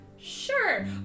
Sure